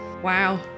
wow